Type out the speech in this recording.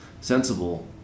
sensible